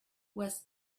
was